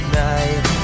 night